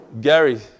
Gary